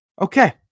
Okay